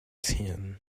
tin